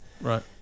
Right